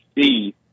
see